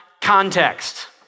context